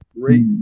great